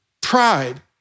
Pride